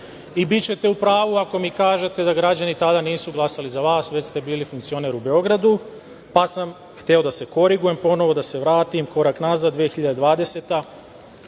I bićete u pravu ako mi kažete da građani tada nisu glasali za vas, već ste bili funkcioner u Beogradu, pa sam hteo da se korigujem, ponovo da se vratim korak nazad, 2020.